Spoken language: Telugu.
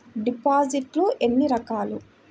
డిపాజిట్లు ఎన్ని రకాలు?